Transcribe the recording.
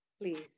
Please